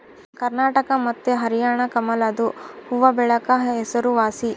ಕರ್ನಾಟಕ ಮತ್ತೆ ಹರ್ಯಾಣ ಕಮಲದು ಹೂವ್ವಬೆಳೆಕ ಹೆಸರುವಾಸಿ